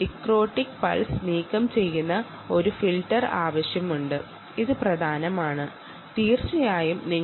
dicrotic pulse നീക്കംചെയ്യുന്നതിനായി ഒരു filter സോഫ്റ്റ്വെയറിൽ ഉൾപ്പെടുത്തേണ്ടതുണ്ട്